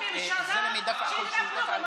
בממשלה,